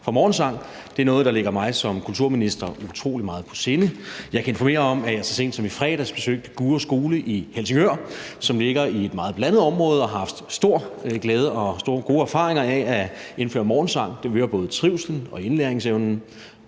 for morgensang. Det er noget, der ligger mig som kulturminister utrolig meget på sinde. Jeg kan informere om, at jeg så sent som i fredags besøgte Gurre Skole i Helsingør, som ligger i et meget blandet område, og den har haft stor glæde af og gode erfaringer med at indføre morgensang – det øger både trivslen og indlæringsevnen.